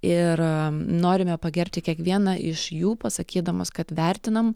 ir norime pagerbti kiekvieną iš jų pasakydamos kad vertinam